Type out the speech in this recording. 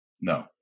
No